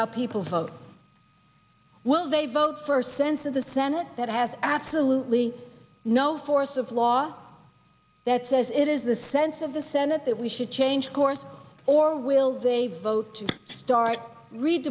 how people vote will they vote for sense of the senate that has absolutely no force of law that says it is the sense of the senate that we should change course or will they vote to start re